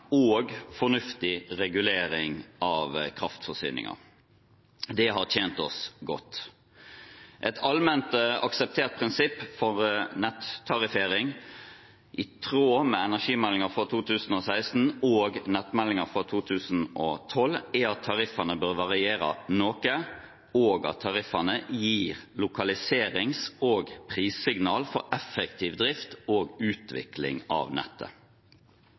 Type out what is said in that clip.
og fornuftig regulering av kraftforsyninger. Det har tjent oss godt. Et allment akseptert prinsipp for nettariffering, i tråd med energimeldingen fra 2016 og nettmeldingen fra 2012, er at tariffene bør variere noe, og at tariffene gir lokaliserings- og prissignaler for effektiv drift og utvikling av nettet.